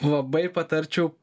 labai patarčiau